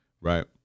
right